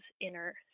inner